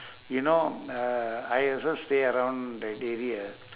you know uh I also stay around that area